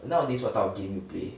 nowadays what type of game you play